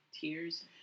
tears